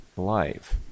life